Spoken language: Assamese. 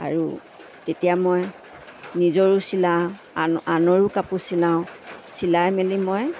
আৰু তেতিয়া মই নিজৰো চিলাওঁ আন আনৰো কাপোৰ চিলাওঁ চিলাই মেলি মই